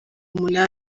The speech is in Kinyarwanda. umunani